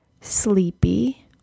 Sleepy